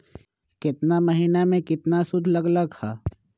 केतना महीना में कितना शुध लग लक ह?